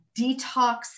detox